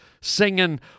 singing